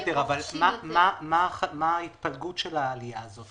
בסדר, אבל מה ההתפלגות של העלייה הזאת?